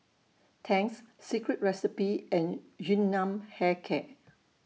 Tangs Secret Recipe and Yun Nam Hair Care